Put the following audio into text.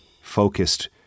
focused